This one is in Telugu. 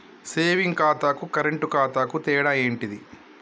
సేవింగ్ ఖాతాకు కరెంట్ ఖాతాకు తేడా ఏంటిది?